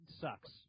Sucks